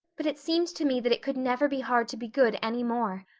but it seemed to me that it could never be hard to be good any more.